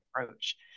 approach